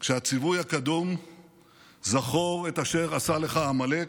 כשהציווי הקדום "זכור את אשר עשה לך עמלק"